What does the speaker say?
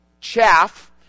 chaff